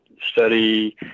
study